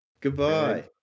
goodbye